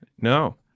No